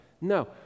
No